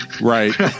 Right